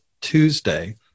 Tuesday